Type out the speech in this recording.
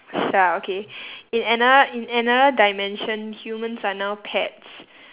shut up okay in another in another dimension humans are now pets